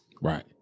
Right